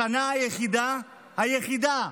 השנה היחידה, היחידה,